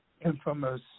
infamous